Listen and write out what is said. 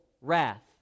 wrath